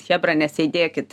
chebra nesėdėkit